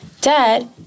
Dad